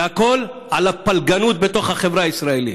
והכול על הפלגנות בתוך החברה הישראלית.